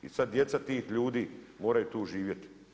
I sada djeca tih ljudi moraju tu živjeti.